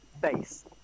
Face